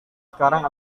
sekarang